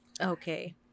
Okay